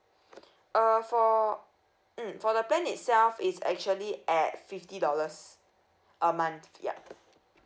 uh for mm for the plan itself is actually at fifty dollars a month ya